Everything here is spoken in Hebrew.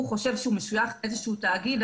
הוא חושב שהוא נשלח לאיזשהו תאגיד,